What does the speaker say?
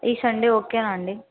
ఈ సండే ఓకేనా అండి